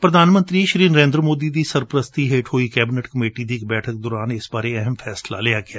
ਪ੍ਰਧਾਨ ਮੰਤਰੀ ਨਰੇਂਦਰ ਮੋਦੀ ਦੀ ਸਰਪ੍ਰਸਤੀ ਹੇਠ ਹੋਈ ਕੈਬਿਨਟ ਕਮੇਟੀ ਦੀ ਇਕ ਬੈਠਕ ਦੌਰਾਨ ਇਸ ਬਾਰੇ ਅਹਿਮ ਫੈਸਲਾ ਲਿਆ ਗਿਆ